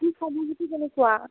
তোৰ খবৰ খাতিৰ কেনেকুৱা